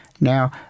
Now